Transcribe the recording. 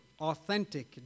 authentic